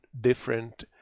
different